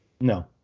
No